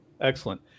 Excellent